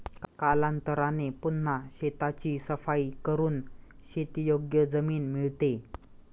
कालांतराने पुन्हा शेताची सफाई करून शेतीयोग्य जमीन मिळते